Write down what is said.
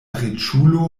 riĉulo